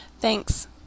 Thanks